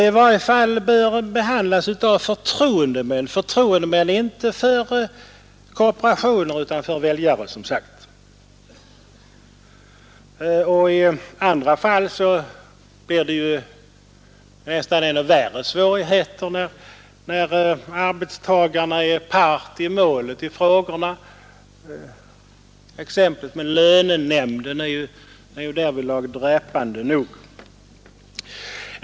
I varje fall bör dessa frågor behandlas av förtroendemän — inte förtroendemän för korporationer utan, som sagt, för väljare. I andra fall blir det ännu värre svårigheter, när arbetstagarna är part i målet. Exemplet med lönenämnden är därvidlag dräpande nog.